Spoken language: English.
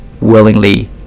willingly